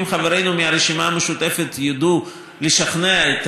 אם חברינו מהרשימה המשותפת ידעו לשכנע את